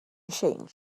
changed